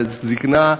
זיקנה,